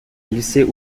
laissez